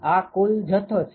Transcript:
આ કુલ જથ્થો છે